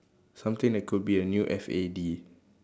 something that could be a new F A D